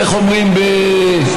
איך אומרים בסלנג?